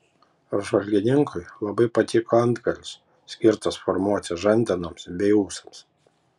apžvalgininkui labai patiko antgalis skirtas formuoti žandenoms bei ūsams